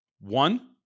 one